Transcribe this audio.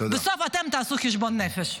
בסוף אתם תעשו חשבון נפש.